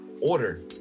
order